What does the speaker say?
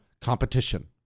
Competition